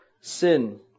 sin